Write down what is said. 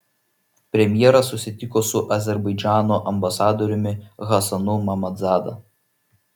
premjeras susitiko su azerbaidžano ambasadoriumi hasanu mammadzada